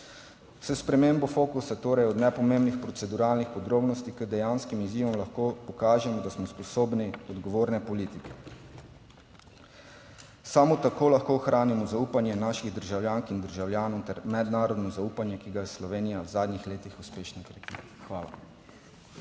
S spremembo fokusa torej od nepomembnih proceduralnih podrobnosti k dejanskim izzivom, lahko pokažemo, da smo sposobni odgovorne politike. Samo tako lahko ohranimo zaupanje naših državljank in državljanov ter mednarodno zaupanje, ki ga je Slovenija v zadnjih letih uspešno krepila. Hvala.